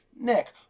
Nick